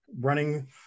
running